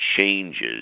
changes